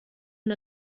und